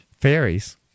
Fairies